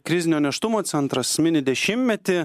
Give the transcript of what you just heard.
krizinio nėštumo centras mini dešimtmetį